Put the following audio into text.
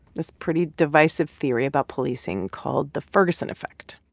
this pretty divisive theory about policing called, the ferguson effect